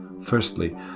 Firstly